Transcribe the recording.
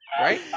Right